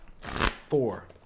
Four